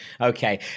okay